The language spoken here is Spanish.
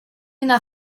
una